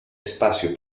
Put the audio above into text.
espacio